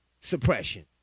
suppression